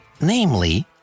namely